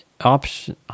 option